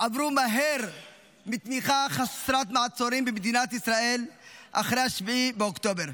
עברו מהר מתמיכה חסרת מעצורים במדינת ישראל אחרי 7 באוקטובר,